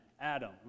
Adam